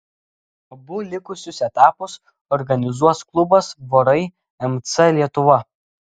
abu likusius etapus organizuos klubas vorai mc lietuva